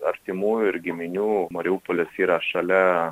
artimųjų ir giminių mariupolis yra šalia